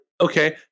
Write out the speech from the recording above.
Okay